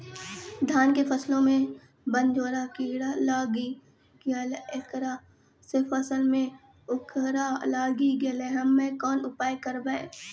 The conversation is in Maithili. धान के फसलो मे बनझोरा कीड़ा लागी गैलै ऐकरा से फसल मे उखरा लागी गैलै हम्मे कोन उपाय करबै?